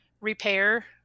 repair